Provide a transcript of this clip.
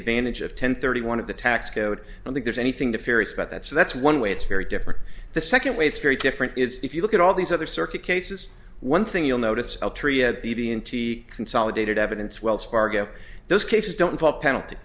advantage of ten thirty one of the tax code i think there's anything to furious about that so that's one way it's very different the second way it's very different is if you look at all these other circuit cases one thing you'll notice b b and t consolidated evidence wells fargo those cases don't involve penalt